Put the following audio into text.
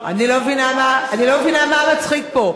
אני קורא לך לסדר פעם ראשונה,